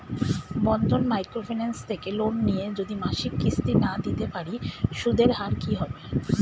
বন্ধন micro finance থেকে loan নিয়ে যদি মাসিক কিস্তি না দিতে পারি সুদের হার কি হবে?